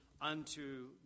unto